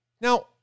Now